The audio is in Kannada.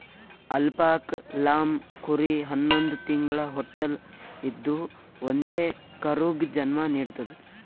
ಅಲ್ಪಾಕ್ ಲ್ಲಾಮ್ ಕುರಿ ಹನ್ನೊಂದ್ ತಿಂಗ್ಳ ಹೊಟ್ಟಲ್ ಇದ್ದೂ ಒಂದೇ ಕರುಗ್ ಜನ್ಮಾ ನಿಡ್ತದ್